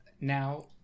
Now